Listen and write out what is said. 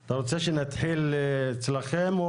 אתה רוצה שנתחיל אצלכם?